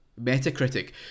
Metacritic